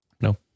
No